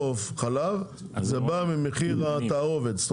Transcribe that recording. עוף, חלב, בא ממחיר התערובת.